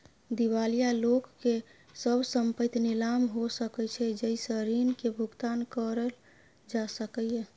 दिवालिया लोक के सब संपइत नीलाम हो सकइ छइ जइ से ऋण के भुगतान करल जा सकइ